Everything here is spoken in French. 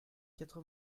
quatre